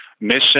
Mission